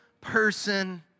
person